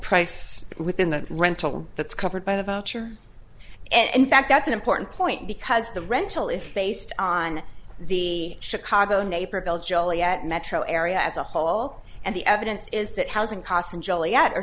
price within the rental that's covered by the voucher and in fact that's an important point because the rental is based on the chicago naperville joliet metro area as a whole and the evidence is that housing costs in joliet